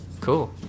Cool